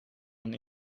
mijn